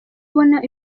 abona